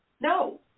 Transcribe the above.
No